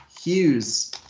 Hughes